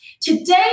Today